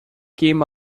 came